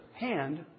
hand